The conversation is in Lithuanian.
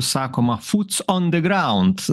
sakoma foots on the ground